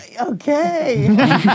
okay